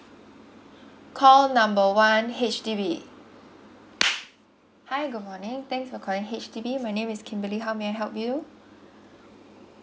call number one H_D_B hi good morning thanks for calling H_D_B my name is kimberly how may I help you